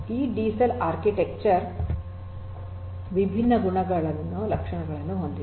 ಈ DCell architecture ವಿಭಿನ್ನ ಗುಣಲಕ್ಷಣಗಳನ್ನು ಹೊಂದಿದೆ